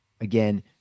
Again